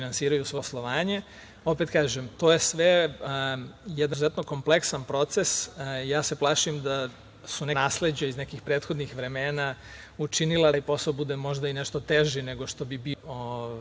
finansiraju svoje poslovanje. Opet kažem, to je sve jedan izuzetan kompleksan proces, plašim se da su neka nasleđa iz nekih prethodnih vremena, učinila da taj posao bude možda i nešto teži, nego što bi bio,